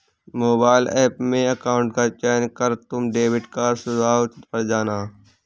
mobile app में account का चयन कर तुम डेबिट कार्ड सुझाव पर जाना